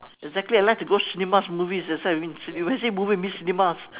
exactly I like to go cinemas movies that's why I mean when I say movies I mean cinemas